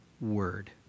word